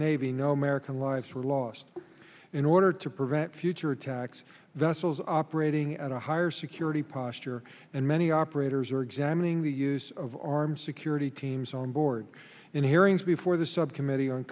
navy no american lives were lost in order to prevent future attacks vessels operating at a higher security posture and many operators are examining the use of armed security teams on board in hearings before the subcommittee on